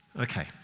Okay